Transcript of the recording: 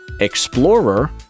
explorer